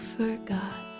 forgot